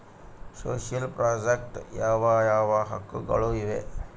Social project ಯಾವ ಯಾವ ಹಕ್ಕುಗಳು ಇವೆ?